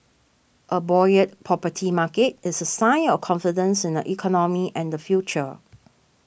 a buoyant property market is a sign of confidence in the economy and the future